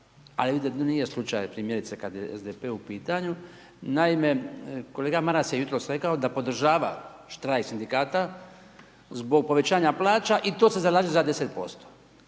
ali to nije slučaj, primjerice kada je SDP u pitanju. Naime kolega Maras je jutros rekao da podržava štrajk sindikata zbog povećanja plaća i to se zalaže za 10%.